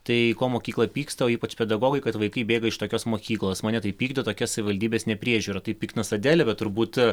tai ko mokykla pyksta o ypač pedagogai kad vaikai bėga iš tokios mokyklos mane tai pykdo tokia savivaldybės nepriežiūra taip piktinos adelė bet turbūt